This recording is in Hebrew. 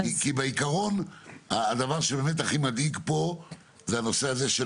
כי בעיקרון הדבר שבאמת הכי מדאיג פה זה הנושא הזה של